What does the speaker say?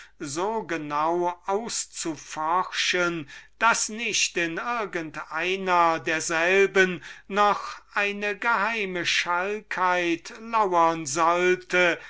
so genau auszuforschen daß nicht in irgend einer derselben noch eine geheime schalkheit lauren sollte